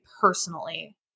personally